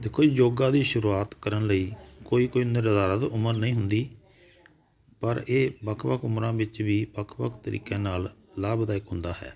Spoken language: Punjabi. ਦੇਖੋ ਯੋਗਾ ਦੀ ਸ਼ੁਰੂਆਤ ਕਰਨ ਲਈ ਕੋਈ ਕੋਈ ਨਿਰਧਾਰਤ ਉਮਰ ਨਹੀਂ ਹੁੰਦੀ ਪਰ ਇਹ ਵੱਖ ਵੱਖ ਉਮਰਾਂ ਵਿੱਚ ਵੀ ਵੱਖ ਵੱਖ ਤਰੀਕਿਆਂ ਨਾਲ ਲਾਭਦਾਇਕ ਹੁੰਦਾ ਹੈ